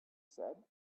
said